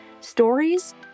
Stories